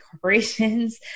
corporations